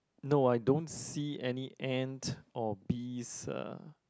no I don't see any ant or bees uh